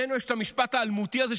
ממנו יש את המשפט האלמותי הזה,